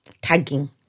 tagging